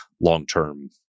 long-term